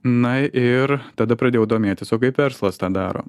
na ir tada pradėjau domėtis o kaip verslas tą daro